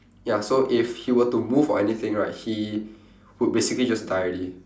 ya so if he were to move or anything right he will basically just die already